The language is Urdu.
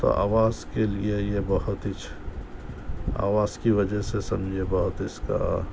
تو آواز کے لئے یہ بہت اچ آواز کی وجہ سے سمجھیے بہت اس کا